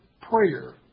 prayer